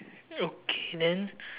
okay then